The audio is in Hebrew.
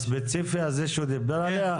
הספציפי שהוא דיבר עליו?